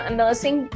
nursing